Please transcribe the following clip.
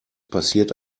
passiert